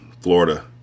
Florida